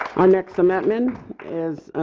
our next amendment is